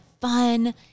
fun